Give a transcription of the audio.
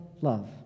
love